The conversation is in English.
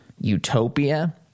utopia